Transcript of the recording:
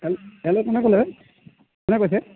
হেল hello কোনে ক'লে কোনে কৈছে